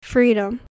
Freedom